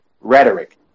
rhetoric